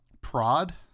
prod